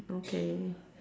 okay